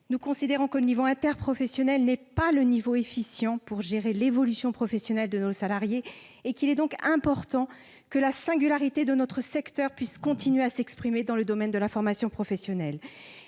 Nous considérons que l'échelon interprofessionnel n'est pas le niveau le plus efficient pour la gestion de l'évolution professionnelle de ces salariés. Il est important que la singularité de notre secteur puisse continuer à s'exprimer dans le domaine de la formation professionnelle.